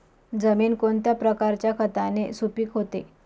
जमीन कोणत्या प्रकारच्या खताने सुपिक होते?